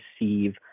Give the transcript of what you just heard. receive